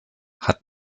hat